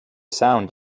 sound